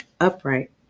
Upright